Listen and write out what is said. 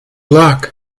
luck